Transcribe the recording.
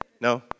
No